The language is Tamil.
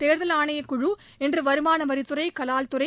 தோ்தல் ஆணைய குழு இன்று வருமான வரித்துறை கலால் துறை